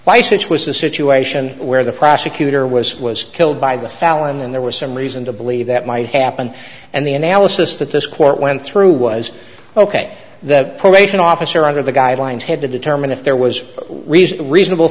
which was the situation where the prosecutor was was killed by the fallon and there was some reason to believe that might happen and the analysis that this court went through was ok the probation officer under the guidelines had to determine if there was a reason